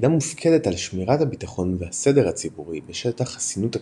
היחידה מופקדת על שמירת הביטחון והסדר הציבורי בשטח חסינות הכנסת,